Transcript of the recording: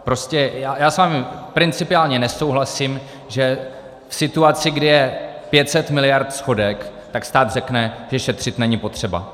Prostě já s vámi principiálně nesouhlasím, že v situaci, kdy je 500 mld. schodek, tak stát řekne, že šetřit není potřeba.